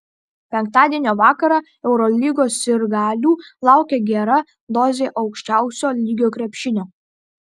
penktadienio vakarą eurolygos sirgalių laukia gera dozė aukščiausio lygio krepšinio